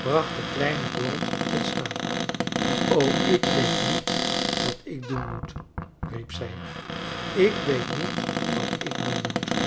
brachten kleine dorrit toe staan o ik weet niet wat ik doen moet riep zij ik weet niet wat ik doen moet